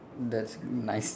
that's nice